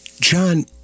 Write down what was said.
John